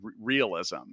realism